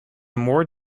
more